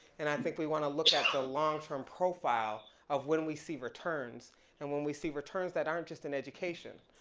and i think we wanna look at the long term profile of when we see returns and when we see returns that aren't just in education,